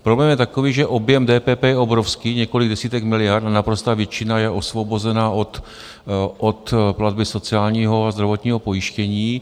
Problém je takový, že objem DPP je obrovský, několik desítek miliard, a naprostá většina je osvobozena od platby sociálního a zdravotního pojištění.